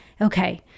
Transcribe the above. okay